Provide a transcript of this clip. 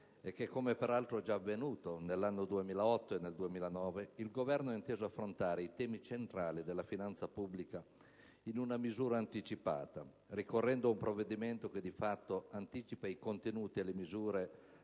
è che - come peraltro già avvenuto negli anni 2008 e 2009 - il Governo ha inteso affrontare i temi centrali della finanza pubblica in una misura anticipata, ricorrendo ad un provvedimento che di fatto anticipa i contenuti e le misure